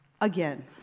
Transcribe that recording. again